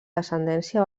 descendència